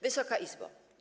Wysoka Izbo!